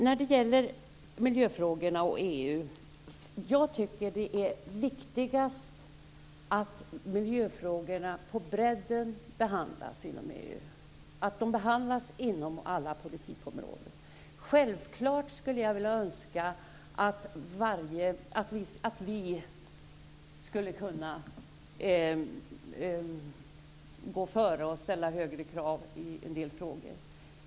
Jag tycker att det är viktigast att miljöfrågorna behandlas på bredden inom EU och att de behandlas inom alla politikområden. Självklart skulle jag önska att vi skulle kunna gå före och ställa högre krav i en del frågor.